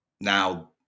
Now